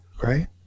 Right